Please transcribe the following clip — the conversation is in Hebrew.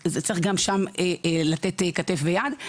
צריך גם שם לתת כתף ויד.